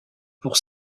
pour